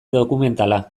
dokumentala